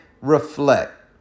reflect